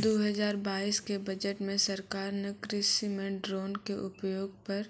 दू हजार बाइस के बजट मॅ सरकार नॅ कृषि मॅ ड्रोन के उपयोग पर